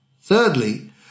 Thirdly